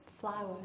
Flowers